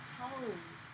told